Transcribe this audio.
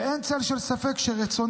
אין צל של ספק שרצוננו,